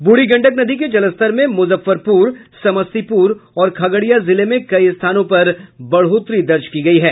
बूढ़ी गंडक नदी के जलस्तर में मुजफ्फरपुर समस्तीपुर और खगड़िया जिले में कई स्थान पर बढ़ोतरी दर्ज की गयी है